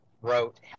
wrote